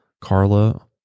Carla